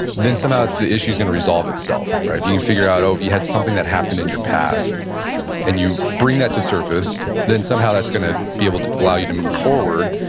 then somehow the issue is gonna resolve itself. if you can figure out, oh, if you had something that happened in your past and you bring that to surface, then somehow that's gonna be able to allow you to move forward.